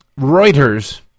Reuters